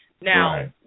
Now